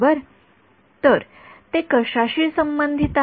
हक्क तर ते कशाशी संबंधित आहे